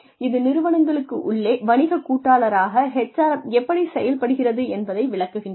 இது நிறுவனங்களுக்கு உள்ளே வணிக கூட்டாளராக HRM எப்படிச் செயல்படுகிறது என்பதை விளக்குகின்றது